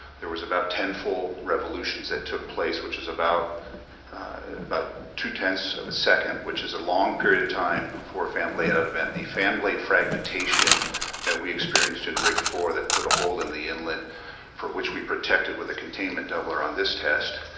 there was about ten full revolutions that took place which is about about two-tenths of a second which is a long period of time for a fan blade out event, the fan blade fragmentation that we experienced in rig four that put a hole in the inlet for which we protect it with a containment doubler on this test,